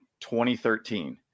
2013